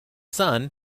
sun